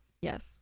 Yes